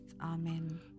Amen